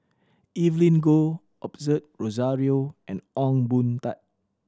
Evelyn Goh Osbert Rozario and Ong Boon Tat